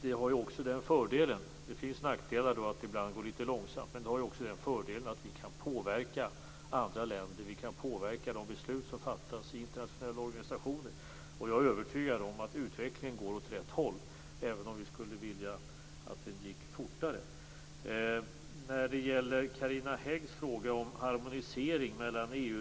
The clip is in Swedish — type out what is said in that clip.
Det har också den fördelen - nackdelen är att det ibland går lite långsamt - att vi kan påverka andra länder. Vi kan påverka beslut som fattas i internationella organisationer. Jag är övertygad om att utvecklingen går åt rätt håll, även om vi skulle vilja att den gick fortare.